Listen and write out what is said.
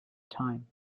time